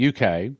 UK